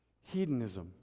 hedonism